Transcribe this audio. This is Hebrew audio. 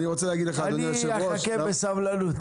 אדוני היושב-ראש,